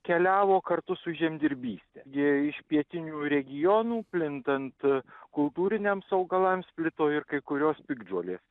keliavo kartu su žemdirbyste gi iš pietinių regionų plintant kultūriniams augalams plito ir kai kurios piktžolės